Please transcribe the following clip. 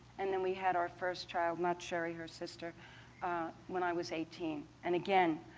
and then we had our first child not sherry, her sister when i was eighteen. and again,